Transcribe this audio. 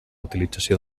utilització